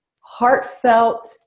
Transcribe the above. heartfelt